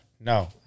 no